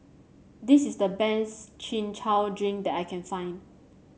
this is the best Chin Chow Drink that I can find